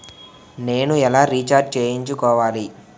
నేను ఎలా రీఛార్జ్ చేయించుకోవాలి?